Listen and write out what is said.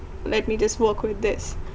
let me just work with this